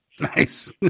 Nice